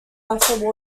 after